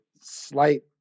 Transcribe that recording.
slight